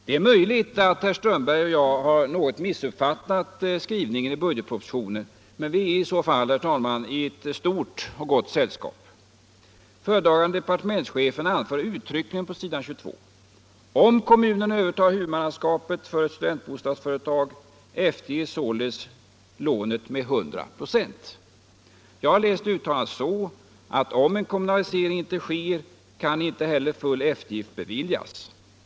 Det är möjligt att herr Strömberg och jag något har missuppfattat skrivningen i budgetpropositionen, men vi är i så fall i stort och gott sällskap. Föredragande departementschefen anför uttryckligen på s. 22: ”Om kommunen övertar huvudmannaskapet för ett studentbostadsföretag efterges således lånet med 100 46.” Jag har läst uttalandet så att om en kommunalisering inte sker, kan inte heller full eftergift beviljas.